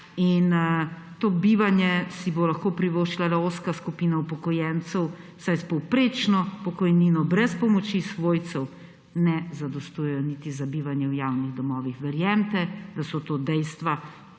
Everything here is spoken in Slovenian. In to bivanje si bo lahko privoščila le ozka skupina upokojencev, saj s povprečno pokojnino brez pomoči svojcev ne zadostuje niti za bivanje v javnih domovih. Verjemite, da so to dejstva.